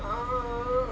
uh